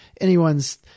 anyone's